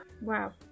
wow